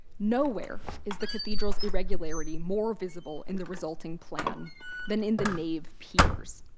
nowhere is the cathedral's irregularity more visible in the resulting plan than in the nave piers.